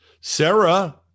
Sarah